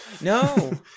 no